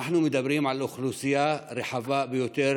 אנחנו מדברים על אוכלוסייה רחבה ביותר